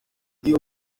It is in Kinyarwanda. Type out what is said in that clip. iyo